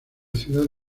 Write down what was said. ciudad